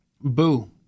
Boo